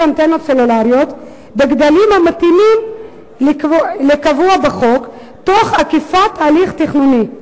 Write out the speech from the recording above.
אנטנות סלולריות בגדלים המתאימים לקבוע בחוק תוך עקיפת הליך תכנוני.